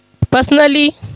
Personally